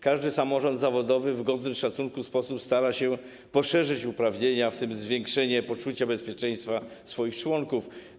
Każdy samorząd zawodowy w godny szacunku sposób stara się poszerzyć uprawnienia, w tym zwiększenie poczucia bezpieczeństwa swoich członków.